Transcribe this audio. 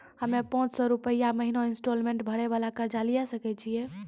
हम्मय पांच सौ रुपिया महीना इंस्टॉलमेंट भरे वाला कर्जा लिये सकय छियै?